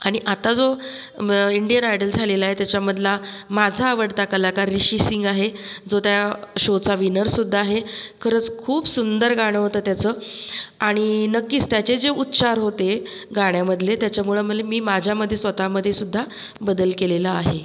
आणि आता जो इंडियन आयडल झालेला आहे त्याच्यामधला माझा आवडता कलाकार रिशी सिंग आहे जो त्या शोचा विनरसुध्दा आहे खरंच खूप सुंदर गाणं होतं त्याचं आणि नक्कीच त्याचे जे उच्चार होते गाण्यामधले त्याच्यामुळे मला मी माझ्यामध्ये स्वतःमध्ये सुध्दा बदल केलेला आहे